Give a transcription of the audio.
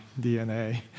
DNA